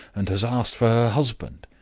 and has asked for her husband.